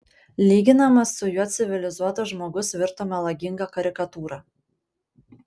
lyginamas su juo civilizuotas žmogus virto melaginga karikatūra